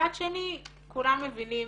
מצד שני, כולם מבינים,